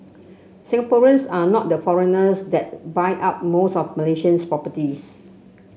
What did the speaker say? Singaporeans are not the foreigners that buy up most of Malaysia's properties